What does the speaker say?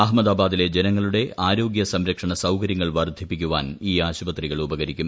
അഹമ്മദാബാദിലെ ജനങ്ങളുടെ ആരോഗൃ സംരക്ഷണ സൌകര്യങ്ങൾ വർദ്ധിപ്പിക്കുവാൻ ഈ ആശുപത്രികൾ ഉപകരിക്കും